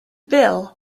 bill